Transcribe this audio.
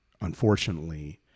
unfortunately